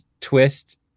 twist